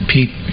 Pete